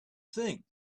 think